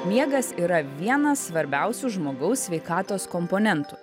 miegas yra vienas svarbiausių žmogaus sveikatos komponentų